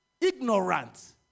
ignorant